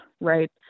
right